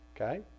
okay